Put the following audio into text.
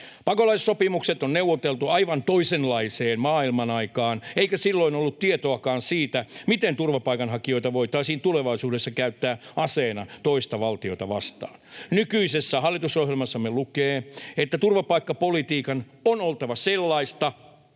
Pakolaissopimukset on neuvoteltu aivan toisenlaiseen maailmanaikaan, eikä silloin ollut tietoakaan siitä, miten turvapaikanhakijoita voitaisiin tulevaisuudessa käyttää aseena toista valtiota vastaan. Nykyisessä hallitusohjelmassamme lukee, että turvapaikkapolitiikan on oltava sellaista,